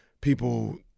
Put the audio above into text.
people